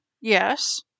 Yes